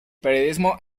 periodismo